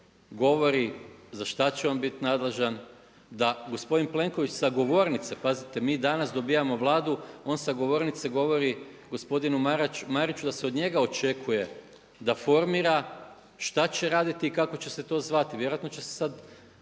govori za što će on biti nadležan, da gospodin Plenković sa govornice, pazite mi danas dobijamo Vladu, on sa govornice govori gospodinu Mariću da se od njega očekuje da formira šta će raditi i kako će se to zvati. Vjerojatno će se sada